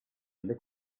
alle